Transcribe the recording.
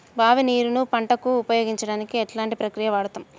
బావి నీరు ను పంట కు ఉపయోగించడానికి ఎలాంటి ప్రక్రియ వాడుతం?